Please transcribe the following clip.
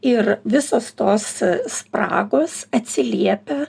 ir visos tos spragos atsiliepia